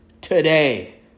today